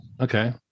Okay